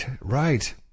Right